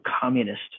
communist